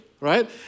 Right